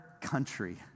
country